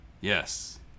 yes